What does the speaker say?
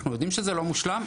אנחנו יודעים שזה לא מושלם,